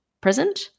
present